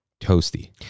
toasty